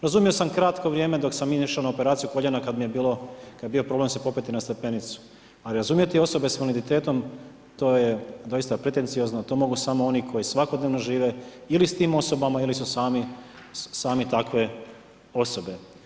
Razumio sam kratko vrijeme dok sam išao na operaciju koljena kad je bio problem popeti se na stepenicu, a razumjeti osobe s invaliditetom, to je doista pretenciozno, to mogu samo oni koji svakodnevno žive ili s tim osobama ili su sami takve osobe.